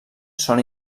són